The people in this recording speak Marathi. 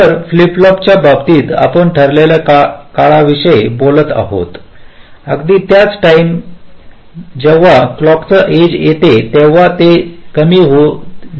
तर फ्लिप फ्लॉपच्या बाबतीत आपण ठरलेल्या काळाविषयी बोलत आहोत अगदी त्याच टाईम जेव्हा क्लॉकची एज येते तेव्हा जे काही मी घेते